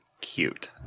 cute